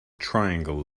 triangle